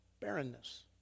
Barrenness